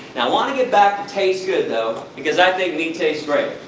i want to get back to tastes good, though, because i think meat tastes great.